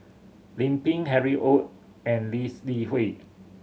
Lim Pin Harry Ord and Lee's Li Hui